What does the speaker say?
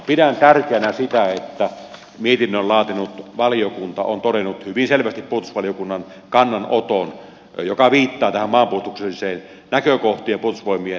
pidän tärkeänä sitä että mietinnön laatinut valiokunta on todennut hyvin selvästi puolustusvaliokunnan kannanoton joka viittaa tähän maanpuolustukselliseen näkökohtaan ja puolustusvoimien erityistarpeisiin